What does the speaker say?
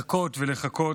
לחכות ולחכות.